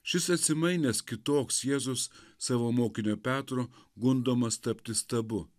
šis atsimainęs kitoks jėzus savo mokinio petro gundomas tapti stabu